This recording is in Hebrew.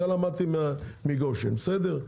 זה למדתי מגושן בסדר?